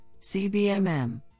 CBMM